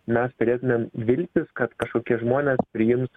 mes turėtumėm viltis kad kažkokie žmonės priims